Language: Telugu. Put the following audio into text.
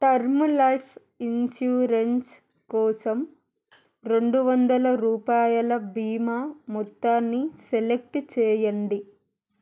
టర్మ్ లైఫ్ ఇన్షూరెన్స్ కోసం రెండు వందల రూపాయల భీమా మొత్తాన్ని సెలెక్ట్ చేయండి